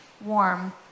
warm